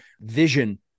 vision